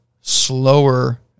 slower